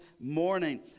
morning